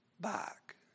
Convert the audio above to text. back